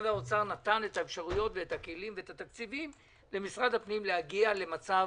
שנתן את האפשרויות ואת הכלים ואת התקציבים למשרד הפנים להגיע למצב